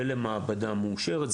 ולמעבדה מאושרת.